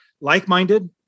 like-minded